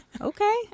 Okay